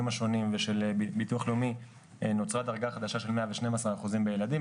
השונים ושל ביטוח לאומי נוצרה דרגה חדשה של 112% בילדים,